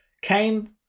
came